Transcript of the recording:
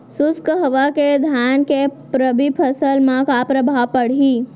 शुष्क हवा के धान के रबि फसल मा का प्रभाव पड़ही?